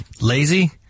Lazy